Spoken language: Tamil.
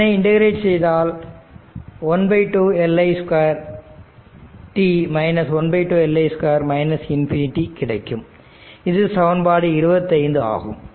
இதனை இன்டெகிரெட் செய்தால் ½ Li 2 ½ Li 2 ∞ கிடைக்கும் இது சமன்பாடு 25 ஆகும்